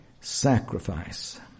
sacrifice